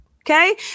Okay